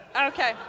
Okay